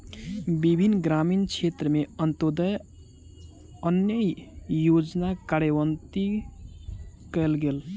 विभिन्न ग्रामीण क्षेत्र में अन्त्योदय अन्न योजना कार्यान्वित कयल गेल